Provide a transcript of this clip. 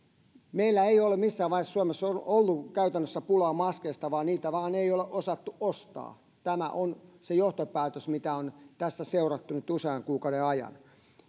meillä ei ole missään vaiheessa suomessa ollut käytännössä pulaa maskeista vaan niitä vain ei ole osattu ostaa tämä on se johtopäätös mitä on tässä seurattu nyt usean kuukauden ajan